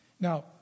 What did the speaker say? Now